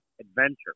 adventure